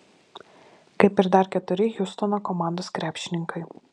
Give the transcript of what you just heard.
kaip ir dar keturi hjustono komandos krepšininkai